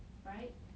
right